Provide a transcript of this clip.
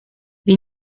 wie